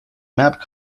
map